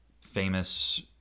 famous